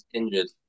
injured